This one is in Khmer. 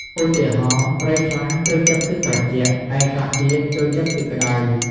ឧទាហរណ៍ ត្រីខ្លះចូលចិត្តទឹកត្រជាក់ ឯខ្លះទៀតចូលចិត្តទឹកក្តៅ។